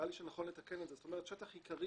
לי שנכון לתקן את זה, זאת אומרת, שטח עיקרי